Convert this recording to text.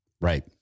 right